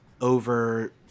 over